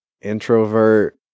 introvert